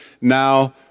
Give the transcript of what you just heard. now